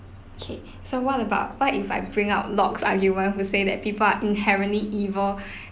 kay so what about what if I bring out locke's argument who said that people are inherently evil